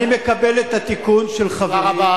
אני מקבל את התיקון של חברי.